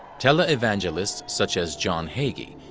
tele-evangelists, such as john hagee,